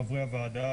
חברי הוועדה,